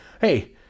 hey